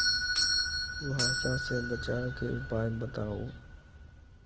कुहासा से बचाव के उपाय बताऊ?